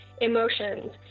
emotions